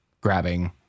grabbing